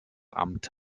amt